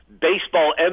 baseball